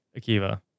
Akiva